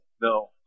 no